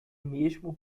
mesmo